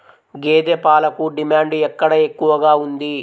గేదె పాలకు డిమాండ్ ఎక్కడ ఎక్కువగా ఉంది?